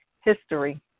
History